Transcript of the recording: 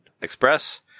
Express